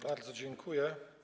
Bardzo dziękuję.